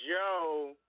joe